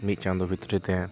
ᱢᱤᱫ ᱪᱟᱸᱫᱳ ᱵᱷᱤᱛᱨᱤ ᱛᱮ